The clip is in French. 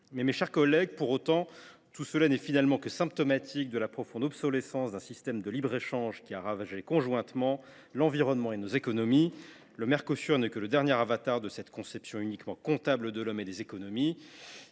mes chers collègues, tout cela n’est finalement que le symptôme de la profonde obsolescence d’un système de libre échange qui a ravagé conjointement l’environnement et nos économies. Le Mercosur n’est que le dernier avatar de cette conception uniquement comptable de l’homme et des économies